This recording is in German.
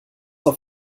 auf